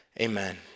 Amen